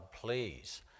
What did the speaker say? please